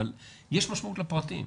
אבל יש משמעות לפרטים.